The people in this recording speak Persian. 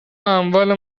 اموال